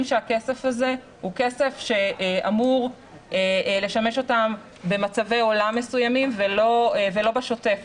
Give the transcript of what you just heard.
שהכסף הזה הוא כסף שאמור לשמש אותם במצבי עולם מסוימים ולא בשוטף,